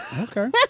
Okay